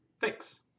Thanks